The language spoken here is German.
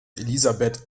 elisabeth